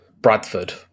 Bradford